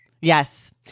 Yes